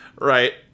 Right